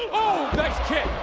nice kick.